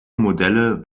modelle